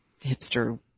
hipster